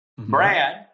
Brad